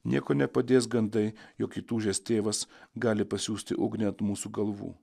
nieko nepadės gandai jog įtūžęs tėvas gali pasiųsti ugnį ant mūsų galvų